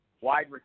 wide